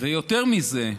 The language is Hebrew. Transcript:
ויותר מזה,